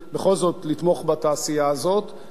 בכל זאת לתמוך בתעשייה הזאת.